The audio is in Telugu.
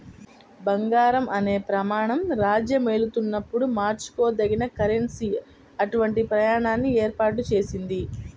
బంగారం అనే ప్రమాణం రాజ్యమేలుతున్నప్పుడు మార్చుకోదగిన కరెన్సీ అటువంటి ప్రమాణాన్ని ఏర్పాటు చేసింది